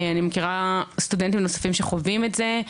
אני מכירה סטודנטים נוספים שחווים את זה,